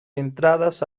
entradas